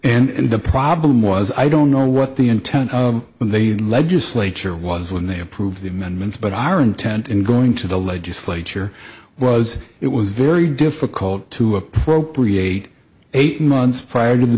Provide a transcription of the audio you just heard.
and the problem was i don't know what the intent of the legislature was when they approved the amendments but our intent in going to the legislature was it was very difficult to appropriate eight months prior to the